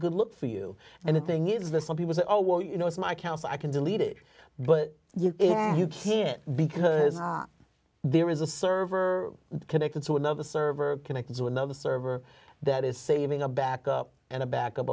good look for you and the thing is this some people say oh well you know it's my counsel i can delete it but you know you can't because there is a server connected to another server connected to another server that is saving a backup and a backup